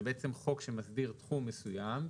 זה בעצם חוק שמסביר על תחום מסויים,